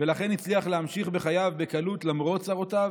ולכן הצליח להמשיך בחייו בקלות למרות צרותיו,